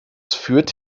führt